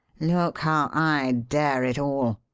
look how i dare it all.